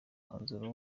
umwanzuro